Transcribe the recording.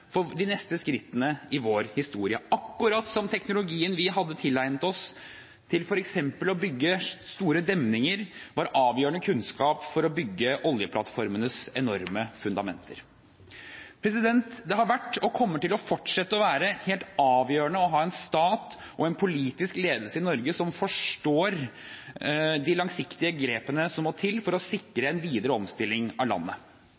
for de neste skrittene i vår historie, akkurat slik som teknologien vi hadde tilegnet oss for å bygge store demninger, var avgjørende kunnskap for å bygge oljeplattformenes enorme fundamenter. Det har vært og kommer til å fortsette å være helt avgjørende å ha en stat og en politisk ledelse i Norge som forstår de langsiktige grepene som må til for å sikre en videre omstilling av landet.